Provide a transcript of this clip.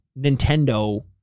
Nintendo